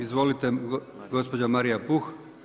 Izvolite gospođa Marija Puh.